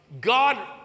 God